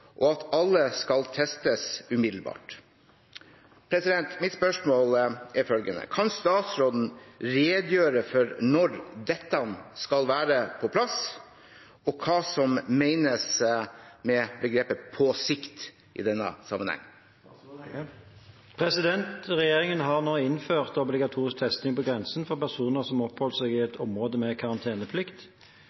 og at alle skal testes umiddelbart». Kan statsråden redegjøre for når dette skal være på plass, og hva som menes med «på sikt»?» Regjeringen har nå innført obligatorisk testing på grensen for personer som har oppholdt seg i et område med karanteneplikt.